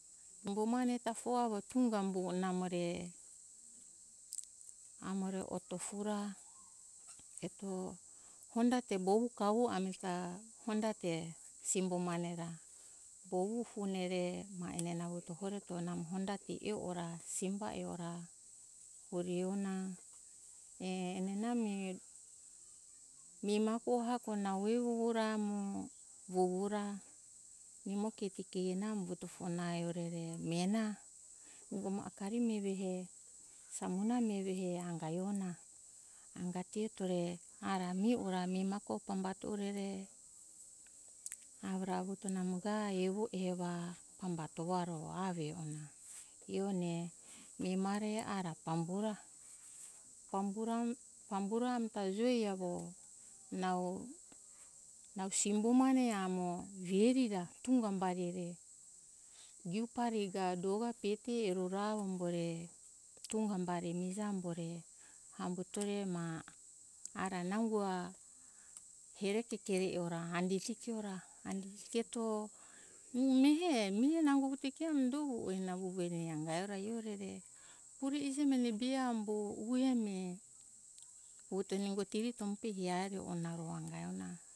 Embo mane tafo avo tunga umbuvo namo re amo re otofu ra eto hondate bovu ga avo ami ga hondate simbo mane ra bovu fone re namo ma hondate e ora simba e ora pure ona e enana mi nima ko hako nau evi vovo ra amo vovu ra imo keti kehe na umbuto fo nae roro ene mihe na nungo mo akari miheve he samuna miheve he anga e ona angati eto re ara mihe ora mi ma ko pambato ore re avo to namo ga evo ehe va pambaro ra ro avo e ona hione mima re ara pambu ra. pambu ra ami ta joi avo nau simbo mane amo heri ra tunga bari re givu pari ga do ga pete hiro ra avo re tunga bari mihija ambo re pambuto re ma ara nango here ke kio ra e ora hande ke kio ra handeti keto mihe nango ke mo do ehe ue na ue angai ore hio re pure ije meni be ambo ue ne vuto tiri tombu be hio re namo anga ona